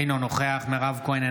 אינו נוכח מירב כהן,